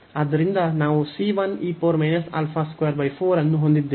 ಆದ್ದರಿಂದ ನಾವು ಅನ್ನು ಹೊಂದಿದ್ದೇವೆ